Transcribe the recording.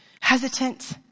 hesitant